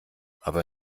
aber